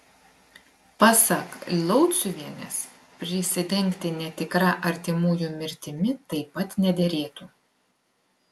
pasak lauciuvienės prisidengti netikra artimųjų mirtimi taip pat nederėtų